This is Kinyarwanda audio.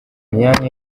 myanya